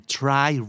try